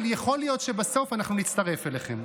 אבל יכול להיות שבסוף אנחנו נצטרף אליכם,